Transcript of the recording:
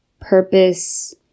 purpose